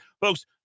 Folks